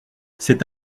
cet